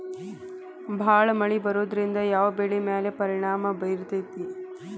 ಭಾಳ ಮಳಿ ಬರೋದ್ರಿಂದ ಯಾವ್ ಬೆಳಿ ಮ್ಯಾಲ್ ಪರಿಣಾಮ ಬಿರತೇತಿ?